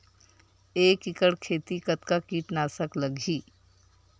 एक एकड़ खेती कतका किट नाशक लगही?